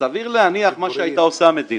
סביר להניח שהמדינה